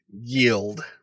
yield